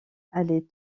allait